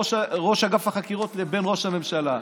ראש אגף החקירות לבין ראש הממשלה.